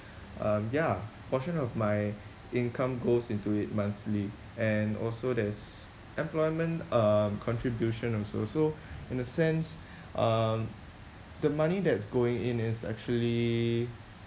um ya portion of my income goes into it monthly and also there's employment um contribution also so in the sense um the money that's going in is actually